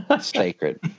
sacred